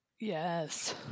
Yes